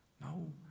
No